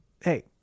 hey